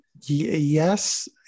Yes